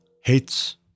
hates